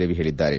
ರವಿ ಹೇಳಿದ್ದಾರೆ